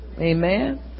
Amen